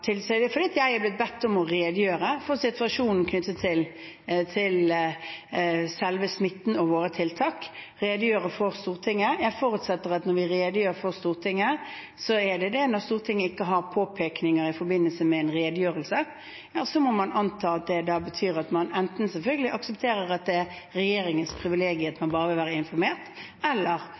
det fordi jeg var bedt om å redegjøre for Stortinget om situasjonen knyttet til selve smitten og våre tiltak. Jeg forutsetter at når vi redegjør for Stortinget, er det det. Når Stortinget ikke har påpekninger i forbindelse med en redegjørelse, må man anta at det betyr at man enten selvfølgelig aksepterer at det er regjeringens privilegium, og at man bare vil være informert, eller